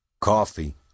Coffee